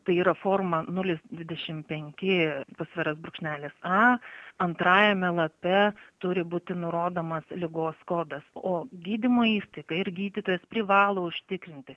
tai yra forma nulis dvidešim penki pasviras brūkšnelis a antrajame lape turi būti nurodomas ligos kodas o gydymo įstaiga ir gydytojas privalo užtikrinti